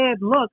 Look